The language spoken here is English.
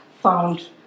found